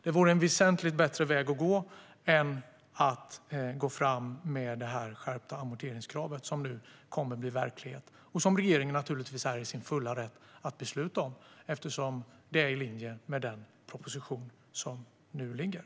Det vore en väsentligt bättre väg att gå än att gå fram med det skärpta amorteringskrav som nu kommer att blir verklighet - och som regeringen givetvis är i sin fulla rätt att besluta om eftersom det är i linje med den proposition som föreligger.